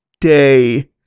day